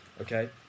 Okay